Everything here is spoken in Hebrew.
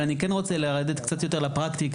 אבל אני כן רוצה לרדת קצת יותר לפרקטיקה.